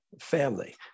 family